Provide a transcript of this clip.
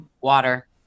Water